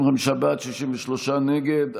55 בעד, 63 נגד.